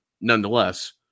Nonetheless